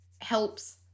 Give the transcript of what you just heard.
helps